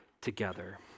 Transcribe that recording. together